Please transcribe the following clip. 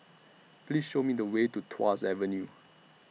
Please Show Me The Way to Tuas Avenue